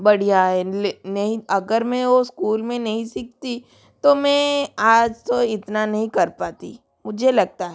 बढ़िया है नहीं अगर मे वो इस्कूल में नहीं सीखती तो मैं आज तो इतना नहीं कर पाती मुझे लगता है